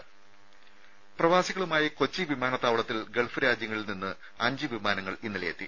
രേര പ്രവാസികളുമായി കൊച്ചി വിമാനത്താവളത്തിൽ ഗൾഫ് രാജ്യങ്ങളിൽ അഞ്ച് വിമാനങ്ങൾ ഇന്നലെയെത്തി